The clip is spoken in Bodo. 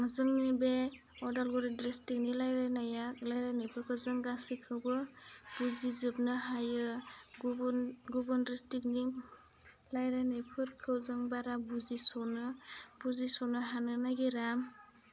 जोंनि बे अदालगुरि डिस्ट्रिक्टनि रायलायनाया बे रायलायनायफोरखौ जों गासैखौबो बुजिजोबनो हायो गुबुन गुबुन डिस्ट्रिक्टनि रायलायनायफोरखौ जों बारा बुजिस'नो बुजिस'नो हानो नागिरा